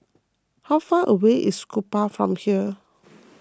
how far away is Kupang from here